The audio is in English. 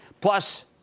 Plus